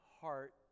heart